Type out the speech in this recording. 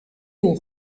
aux